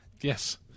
Yes